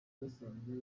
basanzwe